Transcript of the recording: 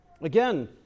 Again